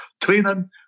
training